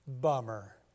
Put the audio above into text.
Bummer